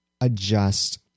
adjust